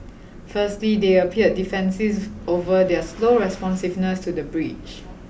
firstly they appeared defensive over their slow responsiveness to the breach